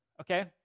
okay